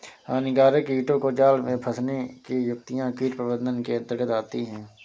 हानिकारक कीटों को जाल में फंसने की युक्तियां कीट प्रबंधन के अंतर्गत आती है